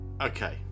okay